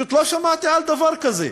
פשוט לא שמעתי על דבר כזה.